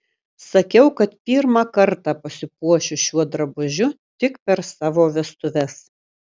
sakiau kad pirmą kartą pasipuošiu šiuo drabužiu tik per savo vestuves